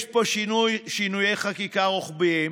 יש פה שינויי חקיקה רוחביים,